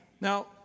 Now